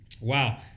wow